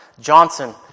Johnson